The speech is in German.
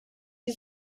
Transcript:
die